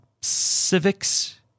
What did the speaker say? civics